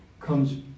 comes